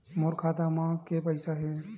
मोर खाता म के पईसा हे?